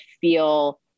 feel